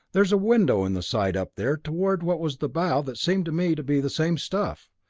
there's a window in the side up there toward what was the bow that seemed to me to be the same stuff.